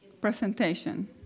presentation